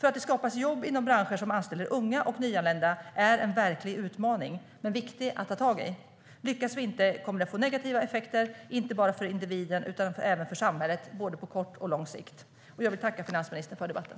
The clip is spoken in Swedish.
Att det skapas jobb inom branscher som anställer unga och nyanlända är en verklig utmaning, men den är viktig att ta tag i. Lyckas vi inte kommer det att få negativa effekter, inte bara för individen utan även för samhället, både på kort och lång sikt. Jag vill tacka finansministern för debatten.